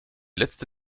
letzte